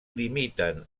limiten